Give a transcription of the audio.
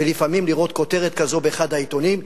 ולפעמים לראות כותרת כזאת באחד העיתונים: